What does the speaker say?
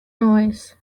noise